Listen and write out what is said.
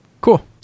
cool